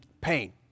pain